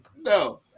no